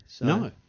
No